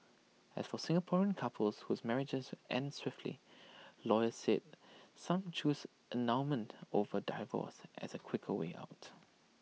as for Singaporean couples whose marriages end swiftly lawyers said some choose annulment over divorce as A quicker way out